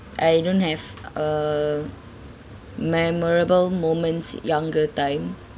I don't have a memorable moments younger time